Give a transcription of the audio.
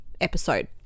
episode